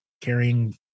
carrying